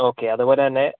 okay അതുപോലെ തന്നെ